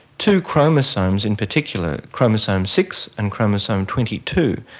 two chromosomes in particular, chromosome six and chromosome twenty two,